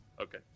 Okay